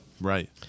Right